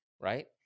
right